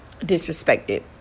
disrespected